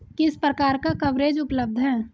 किस प्रकार का कवरेज उपलब्ध है?